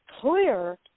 clear